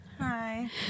Hi